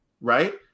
right